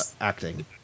acting